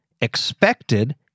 expected